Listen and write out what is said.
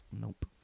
nope